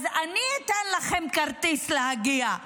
אז אני אתן לכם כרטיס להגיע.